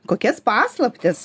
kokias paslaptis